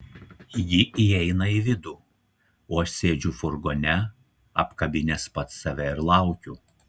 ji įeina į vidų o aš sėdžiu furgone apkabinęs pats save ir laukiu